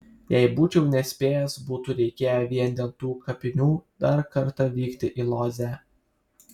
jei būčiau nespėjęs būtų reikėję vien dėl tų kapinių dar kartą vykti į lodzę